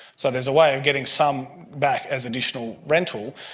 so there's a way of getting some back as additional rental.